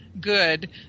good